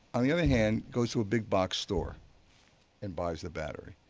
on the other hand, goes to a big box store and buys the battery.